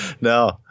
No